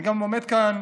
אני עומד כאן